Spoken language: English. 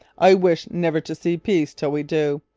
i wish never to see peace till we do.